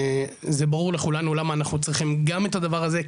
שזה ברור לכולנו למה אנחנו צריכים גם את הדבר הזה,